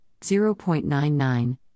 0.99